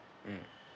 mm